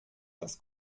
das